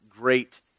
great